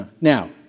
Now